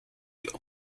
die